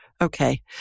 Okay